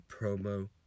promo